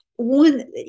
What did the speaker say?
one